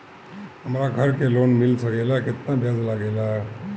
हमरा घर के लोन मिल सकेला केतना ब्याज लागेला?